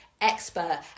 expert